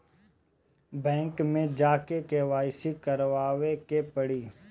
Bank मे जा के के.वाइ.सी करबाबे के पड़ी?